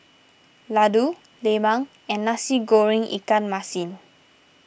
Laddu Lemang and Nasi Goreng Ikan Masin